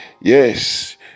Yes